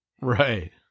Right